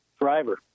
driver